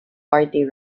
party